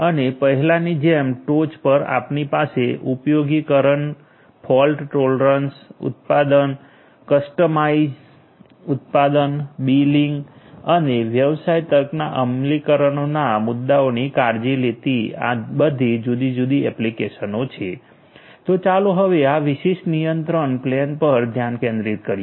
અને પહેલાંની જેમ ટોચ પર આપણી પાસે ઉપયોગીકરણ ફોલ્ટ ટોલરન્સ ઉત્પાદન કસ્ટમાઇઝ્ડ ઉત્પાદન બિલિંગ અને વ્યવસાય તર્કના અમલીકરણોના મુદ્દાઓની કાળજી લેતી આ બધી જુદી જુદી એપ્લિકેશનો છે તો ચાલો હવે આ વિશિષ્ટ નિયંત્રણ પ્લેન પર ધ્યાન કેન્દ્રિત કરીએ